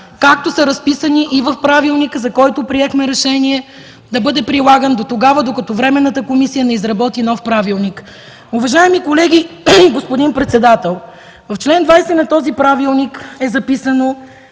както са разписани и в Правилника, за който приехме Решение да бъде прилаган дотогава, докато Временната комисия не изработи нов Правилник. Уважаеми колеги, господин председател, в чл. 20 на този правилник е записано,